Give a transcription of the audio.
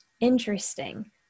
interesting